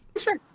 Sure